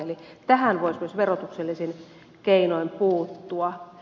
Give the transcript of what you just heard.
eli tähän voisi myös verotuksellisin keinoin puuttua